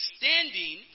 standing